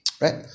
Right